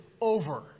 over